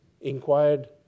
inquired